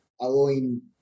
allowing